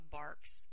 barks